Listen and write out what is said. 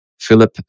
Philip